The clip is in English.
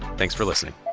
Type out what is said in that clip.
thanks for listening